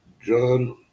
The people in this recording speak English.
John